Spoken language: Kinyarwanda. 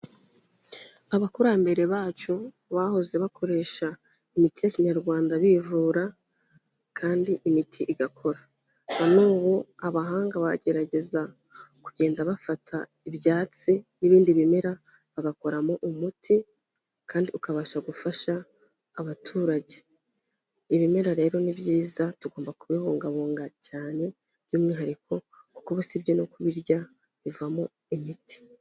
Abakurambere bacu bahoze bakoresha imiti ya Kinyarwanda bivura, kandi imiti igakora. Na nubu abahanga baragerageza, kugenda bafata, ibyatsi n'ibindi bimera bagakoramo umuti, kandi ukabasha gufasha abaturage. Ibimera rero ni byiza tugomba kubibungabunga cyane by'umwihariko kuko usibye no kubirya bivamo imiti.